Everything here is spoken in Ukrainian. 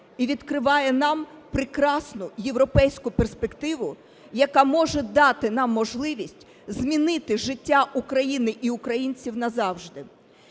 і відкриває нам прекрасну європейську перспективу, яка може дати нам можливість змінити життя України і українців назавжди.